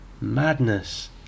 madness